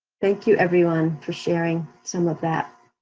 thank you, everyone, for sharing some of that.